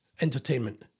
entertainment